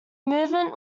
movement